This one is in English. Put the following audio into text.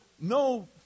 no